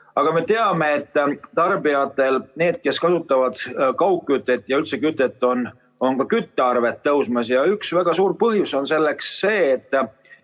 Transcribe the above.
Aga me teame, et tarbijatel – neil, kes kasutavad kaugkütet ja üldse kütet – on ka küttearved tõusmas. Üks väga suur põhjus selleks on see, et